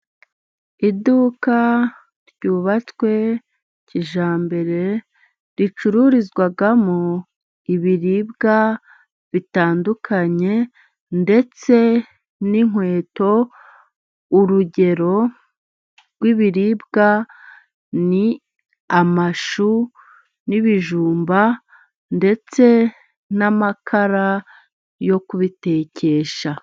Iduka ryubatswe kijyambere, ricururizwamo ibiribwa bitandukanye ndetse n'inkweto. Urugero rw'ibiribwa ni: amashu n'ibijumba, ndetse n'amakara yo kubitekesha.